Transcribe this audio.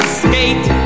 skate